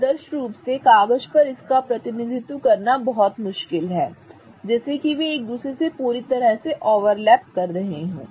आदर्श रूप से कागज पर इसका प्रतिनिधित्व करना बहुत मुश्किल है जैसे कि वे एक दूसरे के साथ पूरी तरह से ओवरलैप कर रहे हो